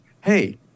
hey